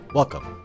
Welcome